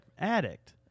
addict